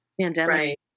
pandemic